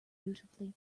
beautifully